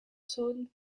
saône